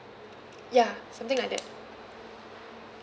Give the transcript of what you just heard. ya something like that